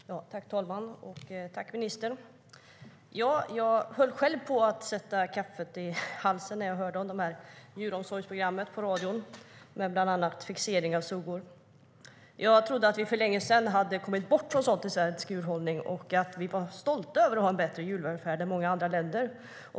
Herr talman! Jag tackar ministern. Jag höll själv på att sätta kaffet i halsen när jag hörde på radion om Djuromsorgsprogrammet, som bland annat innebär fixering av suggor. Jag trodde att vi för länge sedan hade kommit bort från sådant i svensk djurhållning och att vi var stolta över att ha en bättre djurvälfärd än många andra länder.